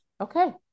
Okay